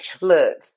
look